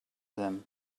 them